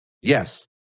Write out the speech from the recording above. Yes